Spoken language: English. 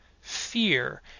fear